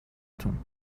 تون